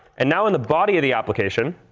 and now in the body of the application,